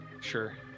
Sure